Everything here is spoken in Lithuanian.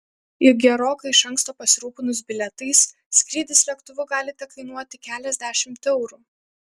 juk gerokai iš anksto pasirūpinus bilietais skrydis lėktuvu gali tekainuoti keliasdešimt eurų